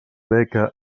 beca